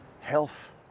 health